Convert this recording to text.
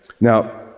Now